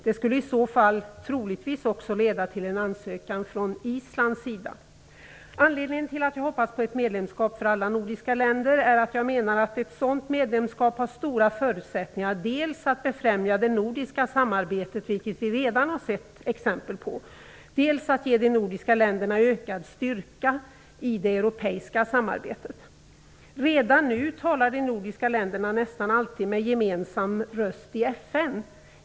Det skulle i så fall troligtvis också leda till en ansökan från Islands sida. Anledningen till att jag hoppas på ett medlemskap för alla nordiska länder är att jag menar att ett sådant medlemskap har stora förutsättningar dels att befrämja det nordiska samarbetet, vilket vi redan sett exempel på, dels att ge de nordiska länderna ökad styrka i det europeiska samarbetet. Redan nu talar de nordiska länderna nästan alltid med gemensam röst i FN.